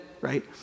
right